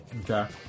Okay